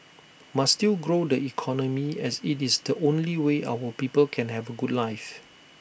must still grow the economy as IT is the only way our people can have A good life